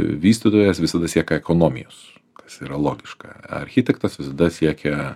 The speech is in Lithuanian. vystytojas visada siekia ekonomijos kas yra logiška architektas visada siekia